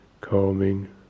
calming